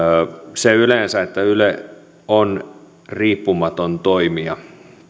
se että yle on riippumaton toimija